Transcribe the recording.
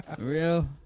real